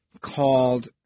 called